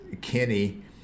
Kenny